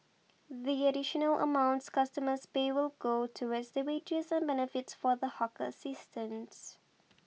the additional amounts customers pay will go towards the wages and benefits for the hawker assistants